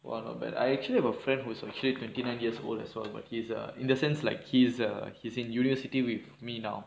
!wah! not bad I actually have a friend who is actually twenty nine years old as well as but he's err in the sense like he's err he's in university with me now